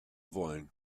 wollen